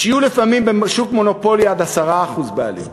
שיהיו לפעמים בשוק מונופולי עד 10% בעלים,